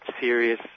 serious